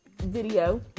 video